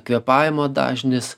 kvėpavimo dažnis